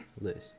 list